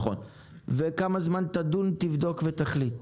כמה זמן תדון, תבדוק ותחליט?